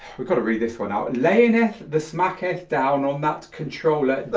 we've got to read this one out. layineth the smacketh down on that controller